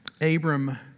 Abram